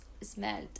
smelled